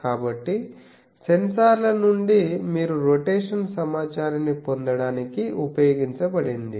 కాబట్టి సెన్సార్ల నుండి మీరు రొటేషన్ సమాచారాన్ని పొందడానికి ఉపయోగించబడింది